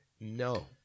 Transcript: No